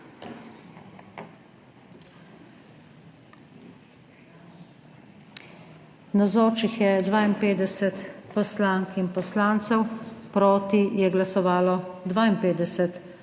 Navzočih je 52 poslank in poslancev, proti je glasovalo 52